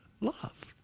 Love